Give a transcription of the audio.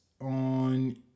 on